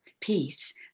peace